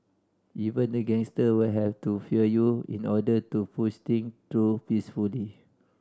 even the gangster will have to fear you in order to push thing through peacefully